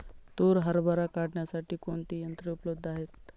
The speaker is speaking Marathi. तूर हरभरा काढण्यासाठी कोणती यंत्रे उपलब्ध आहेत?